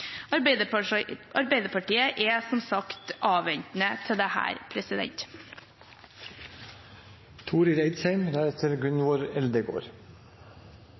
byråkrater. Arbeiderpartiet er, som sagt, avventende til